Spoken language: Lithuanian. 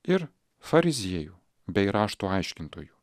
ir fariziejų bei rašto aiškintojų